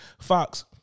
Fox